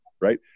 right